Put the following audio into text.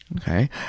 Okay